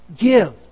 Give